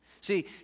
See